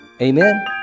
Amen